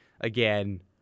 again